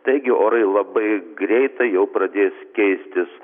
taigi orai labai greitai jau pradės keistis